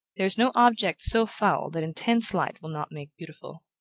there is no object so foul that intense light will not make beautiful.